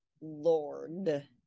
Lord